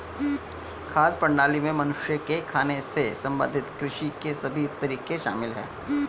खाद्य प्रणाली में मनुष्य के खाने से संबंधित कृषि के सभी तरीके शामिल है